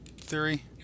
theory